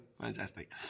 Fantastic